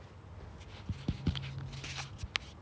oh ya I thought you say you got no time